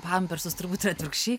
pampersus turbūt atvirkščiai